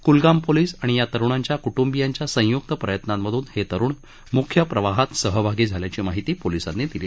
Kulgam police आणि या तरुणांच्या क्ंट्बियांच्या संय्क्त प्रयत्नांतून हे तरुण म्ख्य प्रवाहात सहभागी झाल्याची माहिती पोलिसांनी दिली